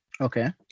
okay